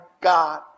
God